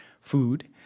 food